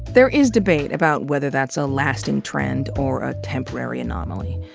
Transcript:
there is debate about whether that's a lasting trend or a temporary anomaly.